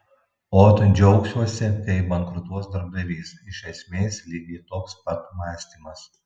ot džiaugsiuosi kai bankrutuos darbdavys iš esmės lygiai toks pat mąstymas